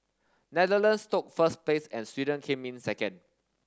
Netherlands took first place and Sweden came in second